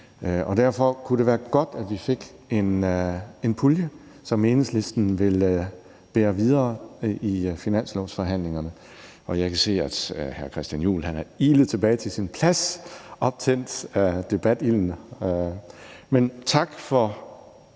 og derfor kunne det være godt, at vi fik en pulje, som Enhedslisten vil bære videre i finanslovsforhandlingerne. Jeg kan se, at hr. Christian Juhl er i ilet tilbage til sin plads optændt af debatilden. Men tak for